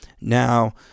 now